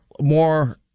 more